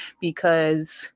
because-